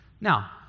Now